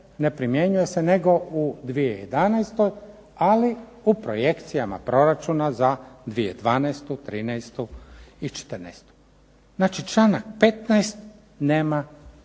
ne primjenjuje se nego u 2011. ali u projekcijama proračuna za 2012., 2013. i 2014. Znači članak 15. nema